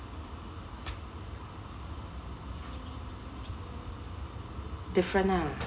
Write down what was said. different ah